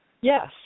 Yes